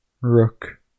rook